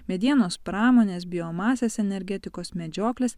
medienos pramonės biomasės energetikos medžioklės